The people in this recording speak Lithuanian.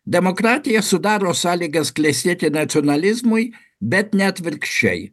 demokratija sudaro sąlygas klestėti nacionalizmui bet ne atvirkščiai